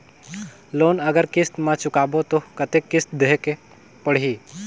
Loan अगर किस्त म चुकाबो तो कतेक किस्त देहेक पढ़ही?